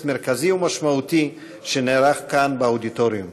מרכזי ומשמעותי שנערך כאן באודיטוריום.